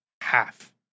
half